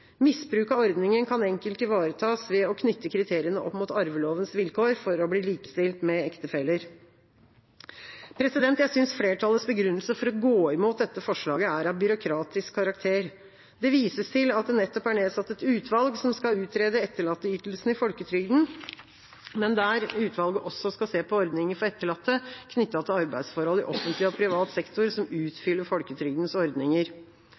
Misbruk av ordninga kan enkelt ivaretas ved å knytte kriteriene opp mot arvelovens vilkår for å bli likestilt med ektefeller. Jeg synes flertallets begrunnelse for å gå imot dette forslaget er av byråkratisk karakter. Det vises til at det nettopp er nedsatt et utvalg som skal utrede etterlatteytelsene i folketrygden, men der utvalget også skal se på ordninger for etterlatte knyttet til arbeidsforhold i offentlig og privat sektor, som utfyller folketrygdens ordninger.